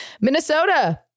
Minnesota